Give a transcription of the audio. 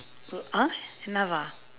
uh !huh! enough ah